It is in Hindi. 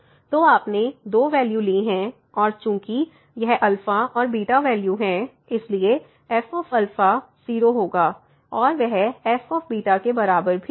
तो आपने दो वैल्यू ली हैं और चूंकि यह अल्फा और बीटा वैल्यू हैं इसलिए fα 0 होगा और वह fβ के बराबर भी होगा